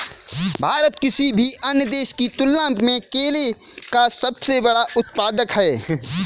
भारत किसी भी अन्य देश की तुलना में केले का सबसे बड़ा उत्पादक है